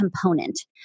component